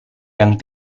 yang